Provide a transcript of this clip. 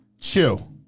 Chill